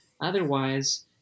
otherwise